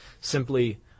simply